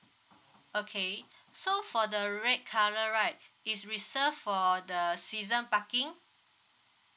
okay so for the red colour right is reserved for the season parking